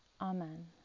Amen